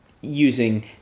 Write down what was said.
using